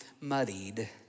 muddied